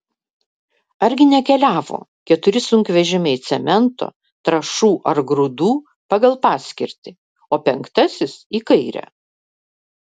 argi nekeliavo keturi sunkvežimiai cemento trąšų ar grūdų pagal paskirtį o penktasis į kairę